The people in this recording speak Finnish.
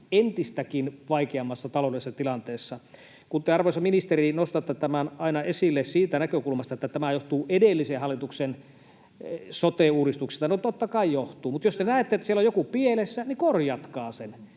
entistäkin vaikeammassa taloudellisessa tilanteessa. Kun te, arvoisa ministeri, nostatte tämän aina esille siitä näkökulmasta, että tämä johtuu edellisen hallituksen sote-uudistuksesta, niin no totta kai johtuu, mutta jos te näette, että siellä on joku pielessä, niin korjatkaa se.